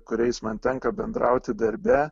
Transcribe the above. kuriais man tenka bendrauti darbe